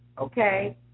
Okay